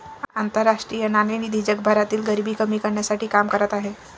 आंतरराष्ट्रीय नाणेनिधी जगभरातील गरिबी कमी करण्यासाठी काम करत आहे